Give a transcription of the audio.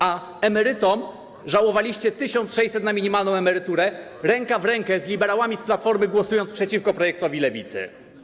A emerytom żałowaliście 1600 zł na minimalną emeryturę, ręka w rękę z liberałami z Platformy głosując przeciwko projektowi Lewicy.